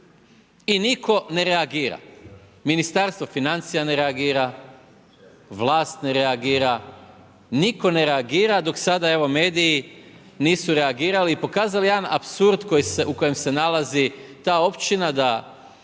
I nitko ne reagira, ministarstvo financija ne reagira, vlast ne reagira, nitko ne reagira, dok sada evo mediji, nisu reagirali, pokazali jedan apsurd, u kojem se nalazi ta općina, da